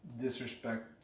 disrespect